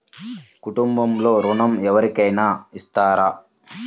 కుటుంబంలో ఋణం ఎవరికైనా ఇస్తారా?